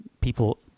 people